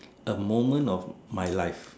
the moment of my life